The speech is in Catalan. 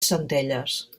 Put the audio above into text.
centelles